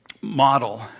model